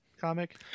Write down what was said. comic